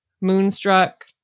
moonstruck